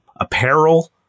apparel